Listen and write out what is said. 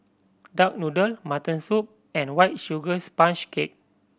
duck noodle mutton soup and White Sugar Sponge Cake